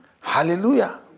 Hallelujah